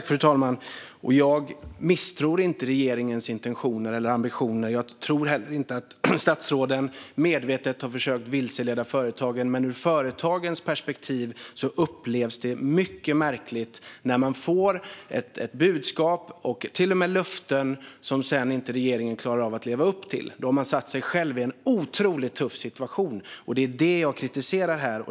Fru talman! Jag misstror inte regeringens intentioner eller ambitioner. Jag tror heller inte att statsråden medvetet har försökt vilseleda företagen. Men ur företagens perspektiv upplevs det som mycket märkligt att de får ett budskap och till och med löften som regeringen sedan inte klarar av att leva upp till. Då har man försatt dem i en otroligt tuff situation, och det är det jag kritiserar här.